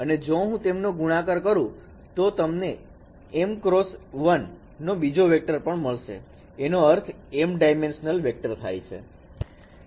અને જો હું તેમનો ગુણાકાર કરો તો તમને m x 1 નો બીજો વેક્ટર પણ મળશે એનો અર્થ m ડાયમેન્શનલ વેક્ટર થાય છે